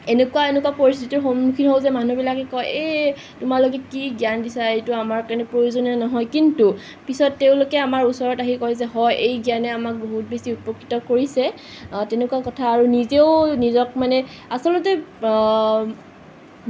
এনেকুৱা এনেকুৱা পৰিস্থিতিৰ সন্মুখীন হওঁ যে মানুহবিলাকে কয় এই তোমালোকে কি জ্ঞান দিছা এইটো আমাৰ কাৰণে প্ৰয়োজনীয় নহয় কিন্তু পিছত তেওঁলোকে আমাৰ ওচৰত আহি কয় যে হয় এই জ্ঞানে আমাক বহুত বেছিউ উপকৃত কৰিছে তেনেকুৱা কথা আৰু নিজেও নিজক মানে আছলতে